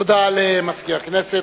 תודה למזכיר הכנסת.